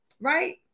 Right